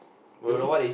yolo